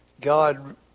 God